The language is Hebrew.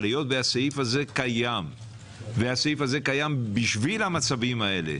אבל היות והסעיף הזה קיים בשביל המצבים האלה,